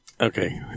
Okay